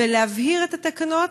ולהבהיר את התקנות?